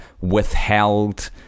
withheld